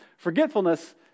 Forgetfulness